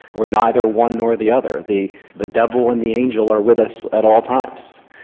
we're neither one nor the other the the devil and the angel are with us at all times.